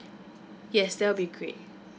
yes that will be great